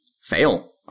Fail